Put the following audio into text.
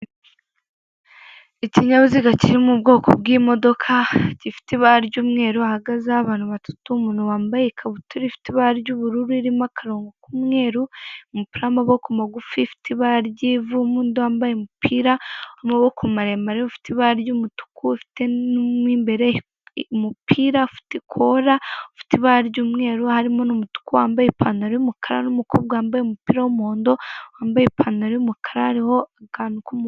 Ikinyabiziga kiri mu bwoko bw'imodoka gifite ibara ry'umweru hahagazeho abantu batatu umuntu wambaye ikabutura ifite ibara ry'ubururu irimo akarongo k'umweru, umupira w'amaboko magufi ufite ibara ry'ivu, n'undi wambaye umupira w'amaboko maremare ufite ibara ry'umutuku ufite mo imbere umupira ufite ikola ufite ibara ry'umweru harimo n'umutuku wambaye ipantaro y'umukara, n'umukobwa wambaye umupira w'umuhondo wambaye ipantaro y'umukara horiho akantu k'umu.